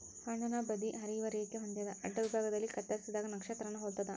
ಹಣ್ಣುನ ಬದಿ ಹರಿಯುವ ರೇಖೆ ಹೊಂದ್ಯಾದ ಅಡ್ಡವಿಭಾಗದಲ್ಲಿ ಕತ್ತರಿಸಿದಾಗ ನಕ್ಷತ್ರಾನ ಹೊಲ್ತದ